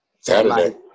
Saturday